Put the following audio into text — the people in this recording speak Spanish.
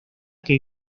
que